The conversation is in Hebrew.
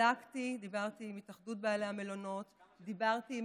בדקתי, דיברתי עם התאחדות בעלי המלונות, דיברתי עם